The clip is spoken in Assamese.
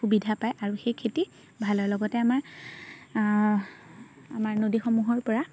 সুবিধা পায় আৰু সেই খেতি ভাল হয় লগতে আমাৰ আমাৰ নদীসমূহৰপৰা